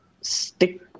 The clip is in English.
stick